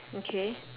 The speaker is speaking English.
okay